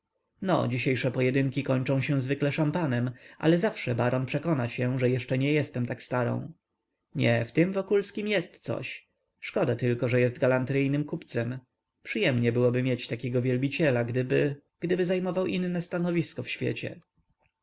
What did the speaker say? no dzisiejsze pojedynki kończą się zwykle szampanem ale zawsze baron przekona się że jeszcze nie jestem tak starą nie w tym wokulskim jest coś szkoda tylko że jest galanteryjnym kupcem przyjemnie byłoby mieć takiego wielbiciela gdyby gdyby zajmował inne stanowisko w świecie